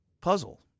puzzle